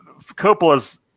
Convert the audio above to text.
Coppola's